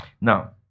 Now